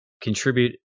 contribute